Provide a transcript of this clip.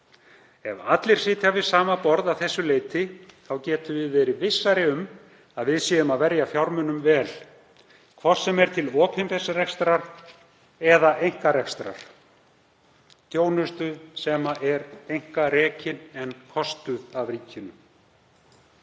Ef allir sitja við sama borð að þessu leyti getum við verið vissari um að við séum að verja fjármunum vel, hvort sem er til opinbers rekstrar eða einkarekstrar, þjónustu sem er einkarekin en kostuð af ríkinu.